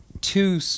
two